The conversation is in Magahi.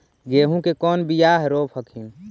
गेहूं के कौन बियाह रोप हखिन?